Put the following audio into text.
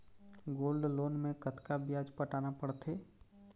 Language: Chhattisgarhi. गोल्ड लोन मे कतका ब्याज पटाना पड़थे?